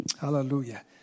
hallelujah